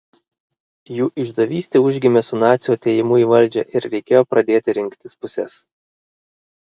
jų išdavystė užgimė su nacių atėjimu į valdžią ir reikėjo pradėti rinktis puses